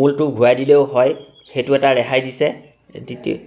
মূলটো ঘূৰাই দিলেও হয় সেইটো এটা ৰেহাই দিছে দ্ৱিতী